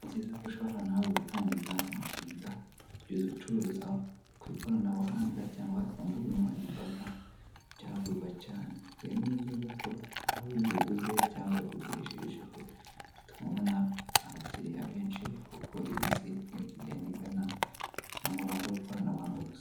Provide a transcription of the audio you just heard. Ni byiza ko ushobora nawe gutangiza umushinga ucururiza ku ikoranabuhanga cyangwa ku mbugankoranyambaga cyagurwa cyane, rero ni byiza ko nawe iyo ubiguze cyangwa iyo ubigurishirijeho bituma ubona abakiriya benshi kuko iyi si iri kugenda mu murongo w'ikoranabuhanga gusa.